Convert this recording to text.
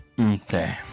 Okay